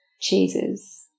Cheeses